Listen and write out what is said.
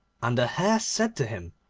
and the hare said to him,